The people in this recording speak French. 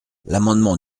l’amendement